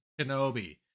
Kenobi